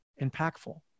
impactful